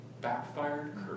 backfired